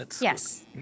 Yes